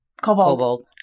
cobalt